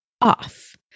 off